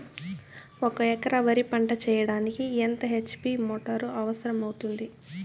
ఒక ఎకరా వరి పంట చెయ్యడానికి ఎంత హెచ్.పి మోటారు అవసరం అవుతుంది?